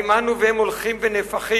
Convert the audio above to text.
האם אנו והם הולכים ונהפכים,